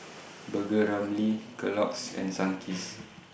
Burger Ramly Kellogg's and Sunkist